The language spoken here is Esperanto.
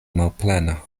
malplena